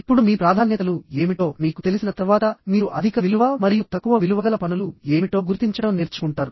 ఇప్పుడు మీ ప్రాధాన్యతలు ఏమిటో మీకు తెలిసిన తర్వాత మీరు అధిక విలువ మరియు తక్కువ విలువ గల పనులు ఏమిటో గుర్తించడం నేర్చుకుంటారు